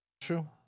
True